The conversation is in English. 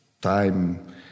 time